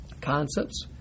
concepts